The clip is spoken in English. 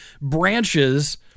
branches